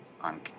on